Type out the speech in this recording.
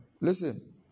Listen